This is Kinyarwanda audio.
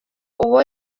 uwo